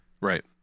Right